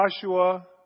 Joshua